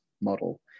model